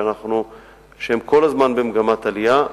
שהם כל הזמן במגמת עלייה,